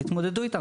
תתמודדו איתם,